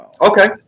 Okay